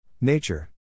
Nature